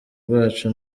rwacu